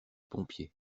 pompier